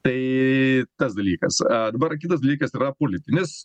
tai tas dalykas a dabar kitas dalykas yra politinis